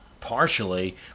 partially